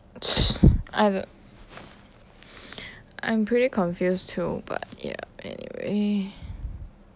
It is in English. I'm pretty confused too but ya anyway